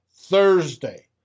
Thursday